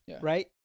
right